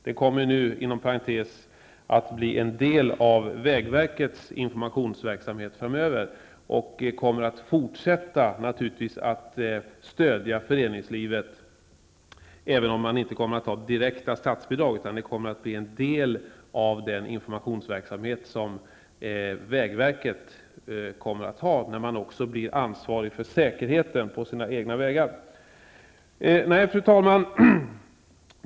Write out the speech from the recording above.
NTF kommer nu, inom parentes sagt, att bli en del av den informationsverksamhet som vägverket kommer att ha när verket blir ansvarigt för säkerheten på sina egna vägar. Fru talman!